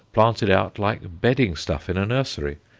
planted out like bedding stuff in a nursery,